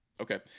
okay